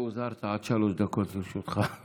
ראה הוזהרת, עד שלוש דקות לרשותך.